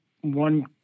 one